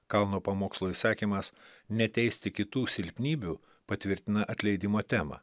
kalno pamokslo įsakymas neteisti kitų silpnybių patvirtina atleidimo temą